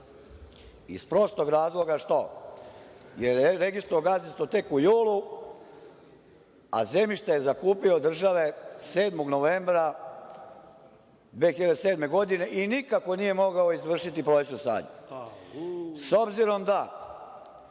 iz prostog razloga, što je registrovao gazdinstvo tek u julu, a zemljište je zakupio od države 7. novembra 2007. godine i nikako nije mogao izvršiti ….S obzirom da,